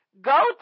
Go